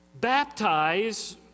baptize